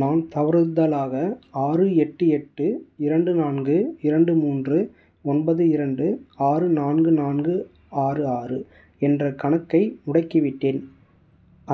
நான் தவறுதலாக ஆறு எட்டு எட்டு இரண்டு நான்கு இரண்டு மூன்று ஒன்பது இரண்டு ஆறு நான்கு நான்கு ஆறு ஆறு என்ற கணக்கை முடக்கிவிட்டேன்